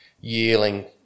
yearling